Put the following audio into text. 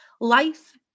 Life